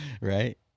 Right